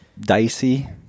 dicey